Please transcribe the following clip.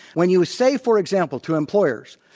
when you say, for example, to employers,